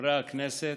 חברי הכנסת,